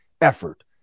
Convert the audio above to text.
effort